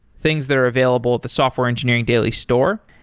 things that are available at the software engineering daily store.